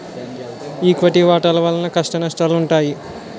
equity వాటాల వలన కష్టనష్టాలుంటాయి